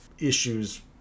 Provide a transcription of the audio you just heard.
issues